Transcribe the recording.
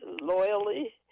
loyally